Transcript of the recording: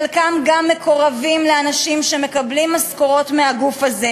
חלקם גם מקורבים לאנשים שמקבלים משכורות מהגוף הזה,